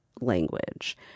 language